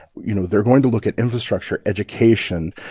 you know, they're going to look at infrastructure, education.